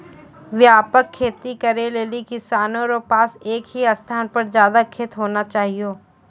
व्यापक खेती करै लेली किसानो रो पास एक ही स्थान पर ज्यादा खेत होना चाहियो